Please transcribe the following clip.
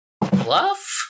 bluff